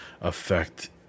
affect